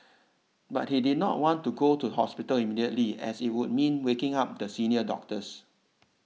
but he did not want to go to hospital immediately as it would mean waking up the senior doctors